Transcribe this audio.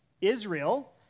Israel